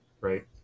right